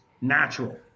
natural